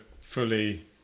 fully